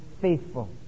faithful